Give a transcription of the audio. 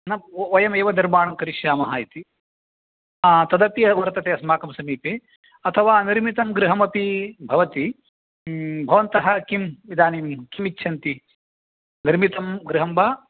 न वयमेव निर्माणं करिष्यामः इति हा तदपि वर्तते अस्माकं समीपे अथवा निर्मितं गृहमपि भवति भवन्तः किम् इदानीं किमिच्छन्ति निर्मितं गृहं वा